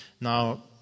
Now